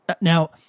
Now